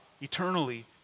eternally